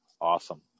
Awesome